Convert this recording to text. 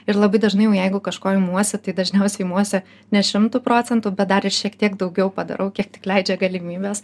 ir labai dažnai jau jeigu kažko imuosi tai dažniausiai imuosi ne šimtu procentų bet dar ir šiek tiek daugiau padarau kiek tik leidžia galimybės